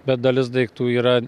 bet dalis daiktų yra